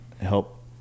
help